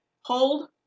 hold